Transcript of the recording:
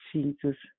Jesus